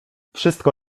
wszystko